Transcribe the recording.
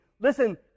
Listen